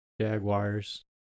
Jaguars